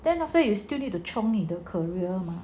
then after that you still need to chiong 你的 career mah